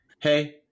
hey